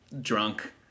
drunk